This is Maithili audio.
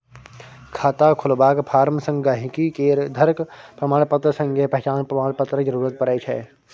खाता खोलबाक फार्म संग गांहिकी केर घरक प्रमाणपत्र संगे पहचान प्रमाण पत्रक जरुरत परै छै